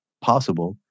possible